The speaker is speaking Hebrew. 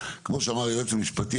כמו שאמר היועץ המשפטי,